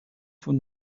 von